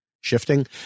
shifting